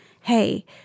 hey